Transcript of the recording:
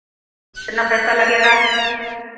कितना पैसा लगेगा